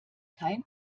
kein